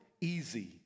Easy